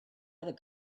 other